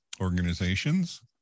organizations